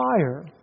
fire